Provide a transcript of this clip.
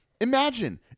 imagine